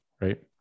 right